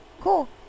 cool